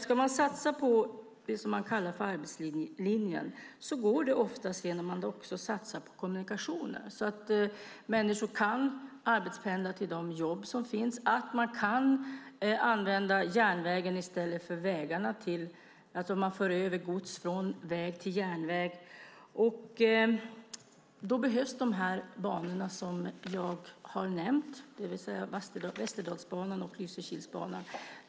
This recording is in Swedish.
Ska man satsa på det som man kallar för arbetslinjen är det oftast möjligt genom att man satsar på kommunikationerna så att människor kan arbetspendla till de jobb som finns och genom att man för över gods från väg till järnväg. Då behövs de banor som jag har nämnt, det vill säga Västerdalsbanan och Lysekilsbanan.